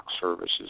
services